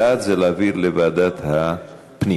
בעד, זה להעביר לוועדת הפנים.